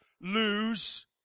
lose